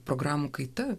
programų kaita